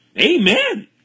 Amen